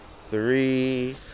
three